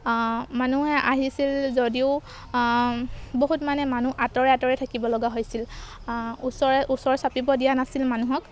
মানুহ আহিছিল যদিও বহুত মানে মানুহ আঁতৰে আঁতৰে থাকিব লগা হৈছিল ওচৰে ওচৰ চাপিব দিয়া নাছিল মানুহক